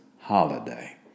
holiday